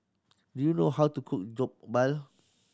do you know how to cook Jokbal